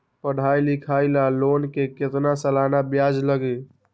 पढाई लिखाई ला लोन के कितना सालाना ब्याज लगी?